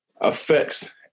affects